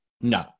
No